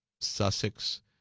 Sussex